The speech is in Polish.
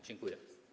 Dziękuję.